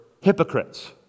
hypocrites